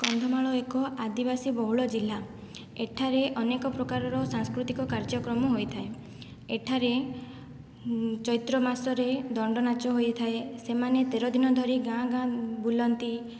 କନ୍ଧମାଳ ଏକ ଆଦିବାସୀ ବହୁଳ ଜିଲ୍ଲା ଏଠାରେ ଅନେକ ପ୍ରକାରର ସାଂସ୍କୃତିକ କାର୍ଯ୍ୟକ୍ରମ ହୋଇଥାଏ ଏଠାରେ ଚୈତ୍ର ମାସରେ ଦଣ୍ଡନାଚ ହୋଇଥାଏ ସେମାନେ ତେର ଦିନ ଧରି ଗାଁ ଗାଁ ବୁଲନ୍ତି